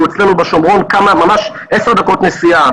כי אצלנו בשומרון ממש עשר דקות נסיעה